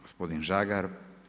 Gospodin Žagar.